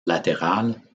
latéral